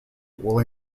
will